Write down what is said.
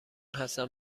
هستم